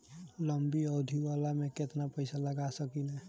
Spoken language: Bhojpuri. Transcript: लंबी अवधि वाला में केतना पइसा लगा सकिले?